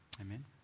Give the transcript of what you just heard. Amen